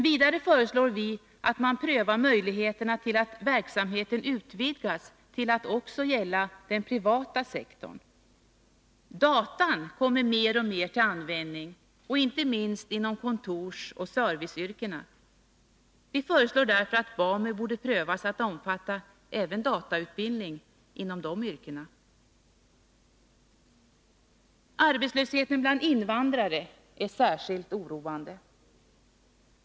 Vidare föreslår vi att man prövar möjligheterna att utvidga verksamheten till att gälla även den privata sektorn. Datorn kommer mer och mer till användning, inte minst inom kontorsoch serviceyrken. Vi föreslår därför att man skall pröva att låta BAMU omfatta även datautbildning inom dessa yrken. Arbetslösheten bland invandrare är särskilt oroande.